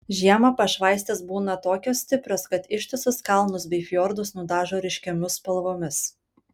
žiemą pašvaistės būna tokios stiprios kad ištisus kalnus bei fjordus nudažo ryškiomis spalvomis